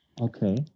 Okay